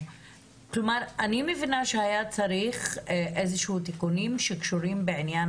אני מבינה שהיה צריך תיקונים שקשורים בעניין